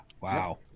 Wow